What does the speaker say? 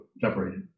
separated